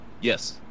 yes